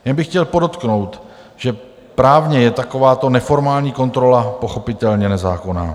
Jen bych chtěl podotknout, že právně je takováto neformální kontrola pochopitelně nezákonná.